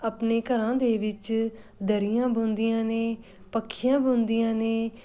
ਆਪਣੇ ਘਰਾਂ ਦੇ ਵਿੱਚ ਦਰੀਆਂ ਬੁਣਦੀਆਂ ਨੇ ਪੱਖੀਆਂ ਬੁਣਦੀਆਂ ਨੇ